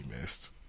missed